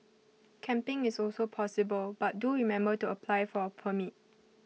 camping is also possible but do remember to apply for A permit